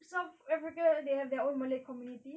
south africa they have their own malay community